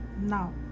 Now